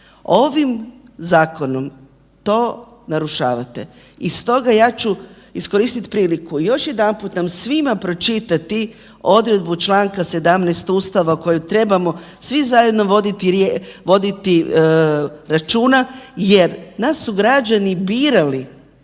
Ovim zakonom to narušavate. I stoga ja ću iskoristiti priliku još jedanput nam svima pročitati odredbu čl. 17. Ustava o kojoj trebamo svi zajedno voditi računa jer nas su građani birali